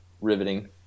riveting